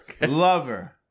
lover